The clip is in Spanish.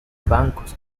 bancos